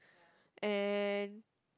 and